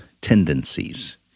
tendencies